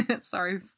Sorry